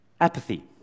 Apathy